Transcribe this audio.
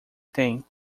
tem